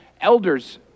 elders